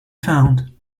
found